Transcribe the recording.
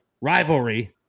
Rivalry